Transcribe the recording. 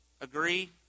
agree